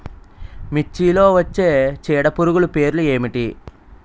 మిర్చిలో వచ్చే చీడపురుగులు పేర్లు ఏమిటి?